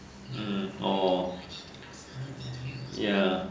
hmm orh ya